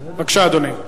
בבקשה, אדוני.